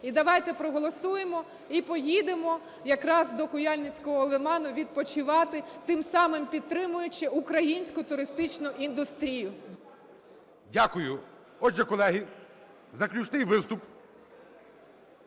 І давайте проголосуємо, і поїдемо якраз до Куяльницького лиману відпочивати, тим самим підтримуючи українську туристичну індустрію. ГОЛОВУЮЧИЙ. Дякую. Отже, колеги, заключний виступ